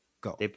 go